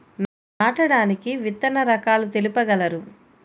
నాటడానికి విత్తన రకాలు తెలుపగలరు?